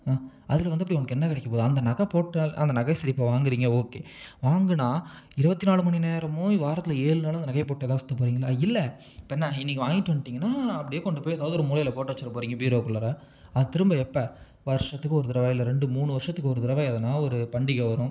ஆ அதில் வந்து அப்படி உனக்கு என்ன கிடைக்க போகுது அந்த நகை போட்டால் அந்த நகை சரி இப்போ வாங்குறிங்க ஓகே வாங்கினா இருபத்தி நாலு மணி நேரமும் வாரத்தில் ஏழு நாளும் அந்த நகையை போட்டுகிட்டே தான் சுற்ற போகிறிங்களா இல்லை இப்போ என்ன இன்றைக்கி வாங்கிட்டு வன்ட்டிங்கன்னால் அப்படியே கொண்டு போய் ஏதாவது ஒரு மூலையில் போட்டு வச்சுக்க போறிங்க பீரோக்குள்ளாரே அதை திரும்ப எப்போ வருஷத்துக்கு ஒரு தடவை இல்லை ரெண்டு மூணு வருஷத்துக்கு ஒரு தடவை ஏதனா ஒரு பண்டிகை வரும்